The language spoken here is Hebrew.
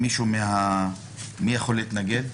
מי יכול להתנגד?